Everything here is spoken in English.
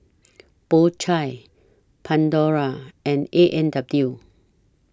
Po Chai Pandora and A and W